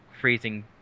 freezing